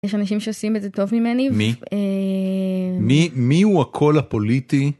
יש אנשים שעושים את זה טוב ממני, מי? מי הוא הקול הפוליטי?